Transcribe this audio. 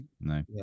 No